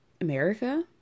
America